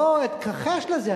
לא אתכחש לזה,